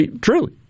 Truly